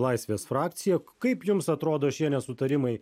laisvės frakcija kaip jums atrodo šie nesutarimai